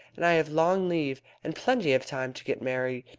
and i have long leave, and plenty of time to get married.